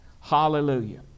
hallelujah